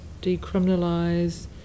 decriminalise